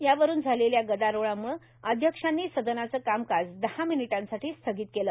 यावरुन झालेल्या गदारोळामुळे अध्यक्षांनी सदनाचं कामकाज दहा मिनिटांसाठी स्थगित केलं